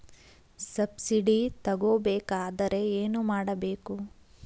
Subsidy ತಗೊಬೇಕಾದರೆ ಏನು ಮಾಡಬೇಕು?